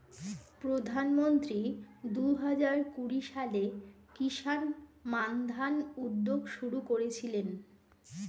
প্রধানমন্ত্রী দুহাজার কুড়ি সালে কিষান মান্ধান উদ্যোগ শুরু করেছিলেন